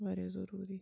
واریاہ ضروٗری